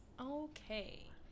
Okay